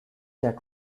that